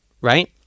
right